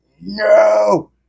no